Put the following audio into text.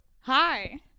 Hi